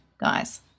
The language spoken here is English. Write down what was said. guys